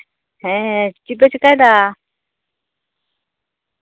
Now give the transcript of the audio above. ᱦᱮᱸ ᱪ ᱮᱫᱯᱮ ᱪᱤᱠᱟᱹᱭᱫᱟ